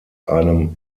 einem